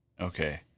Okay